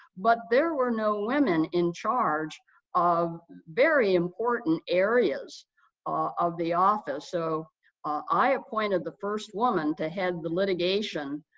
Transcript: but there were no women in charge of very important areas of the office, so i appointed the first woman to head the litigation